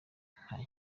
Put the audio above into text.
nta